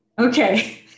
Okay